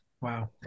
Wow